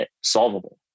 solvable